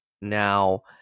Now